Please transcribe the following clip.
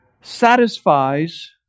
satisfies